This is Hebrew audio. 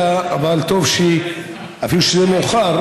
לאחרונה אנחנו שומעים על התפרצות של כמעט מגפת חצבת.